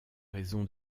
raison